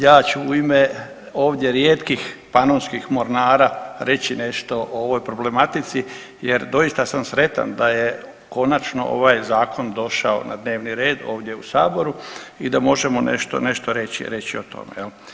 Ja ću u ime rijetkih panonskih mornara reći nešto o ovoj problematici, jer doista sam sretan da je konačno ovaj Zakon došao na dnevni red ovdje u Saboru i da možemo nešto nešto reći reći o tome jel.